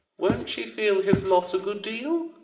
won't she feel his loss a good deal?